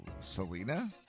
Selena